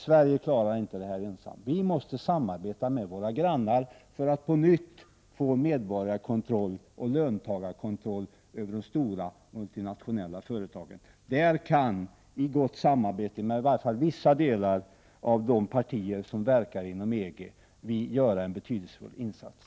Sverige klarar inte detta ensamt. Vi måste samarbeta med våra grannar för att på nytt få medborgarkontroll och löntagarkontroll över de stora multinationella företagen. Där kan vi — i gott samarbete med i varje fall vissa delar av de partier som verkar inom EG —- göra en betydelsefull insats.